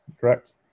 Correct